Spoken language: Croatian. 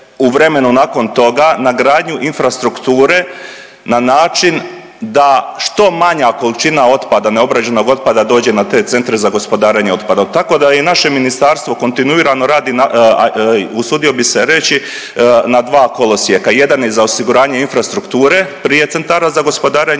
u vremenu nakon toga na gradnju infrastrukture na način da što manja količina otpada, neobrađenog otpada dođe na te centre za gospodarenje otpadom. Tako da i naše ministarstvo kontinuirano radi na, a usudio bi se reći na dva kolosijeka. Jedan je za osiguranje infrastrukture prije centara za gospodarenje